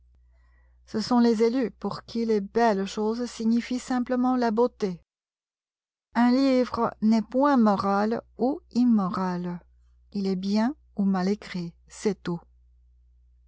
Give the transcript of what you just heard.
ce sont les élus pour qui les belles choses signifient simplement la beauté un livre n est point moral ou immoral il est bien ou mal écrit c'est tout